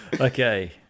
okay